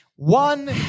One